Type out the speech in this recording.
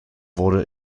wurde